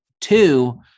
two